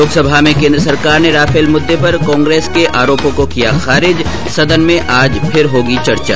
लोकसभा में केन्द्र सरकार ने राफेल मुद्दे पर कांग्रेस के आरोपो को किया खारिज सदन में आज फिर होगी चर्चा